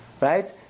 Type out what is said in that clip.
right